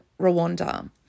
Rwanda